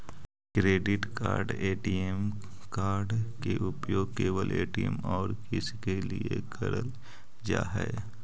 Credit card ATM card के उपयोग केवल ए.टी.एम और किसके के लिए करल जा है?